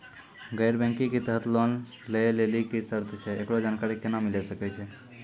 गैर बैंकिंग के तहत लोन लए लेली की सर्त छै, एकरो जानकारी केना मिले सकय छै?